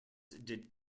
did